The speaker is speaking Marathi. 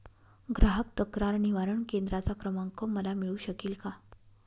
ग्राहक तक्रार निवारण केंद्राचा क्रमांक मला मिळू शकेल का?